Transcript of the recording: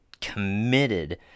committed